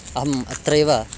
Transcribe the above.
अहम् अत्रैव